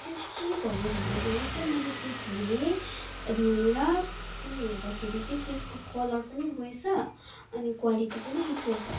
त्यो चाहिँ के भयो भन्दाखेरि चाहिँ मैले त्यो धोएँ धोएर त्यो हेर्दाखेरि चाहिँ त्यसको कलर पनि गएछ अनि क्वालिटी पनि बिग्रेछ